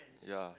yea